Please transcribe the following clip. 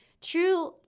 true